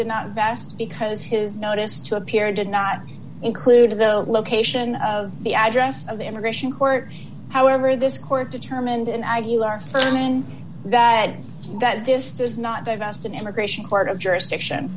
did not best because his notice to appear did not include the location of the address of the immigration court however this court determined in aguilar and that that this does not they've asked an immigration court of jurisdiction